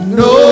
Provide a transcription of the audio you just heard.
no